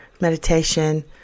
meditation